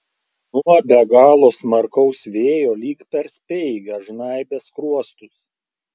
nuo be galo smarkaus vėjo lyg per speigą žnaibė skruostus